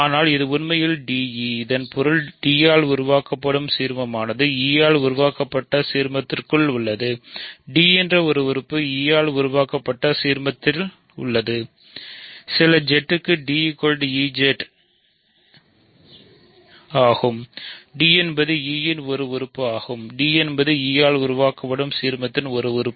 ஆனால் இது உண்மையில் de இதன் பொருள் d ஆல் உருவாக்கப்படும் சீர்மமானது e ஆல் உருவாக்கப்பட்ட சீர்மத்திற்குள் உள்ளது d என்ற உறுப்பு e ஆல் உருவாக்கப்பட்ட சீர்மத்தில் உள்ளது சில z க்கு d ez d என்பது e இன் ஒரு உறுப்பு ஆகும் d என்பது e ஆல் உருவாக்கப்படும் சீர்மத்தின் ஒரு உறுப்பு